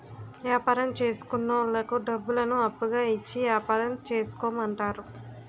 యాపారం చేసుకున్నోళ్లకు డబ్బులను అప్పుగా ఇచ్చి యాపారం చేసుకోమంటారు